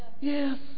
yes